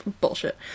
bullshit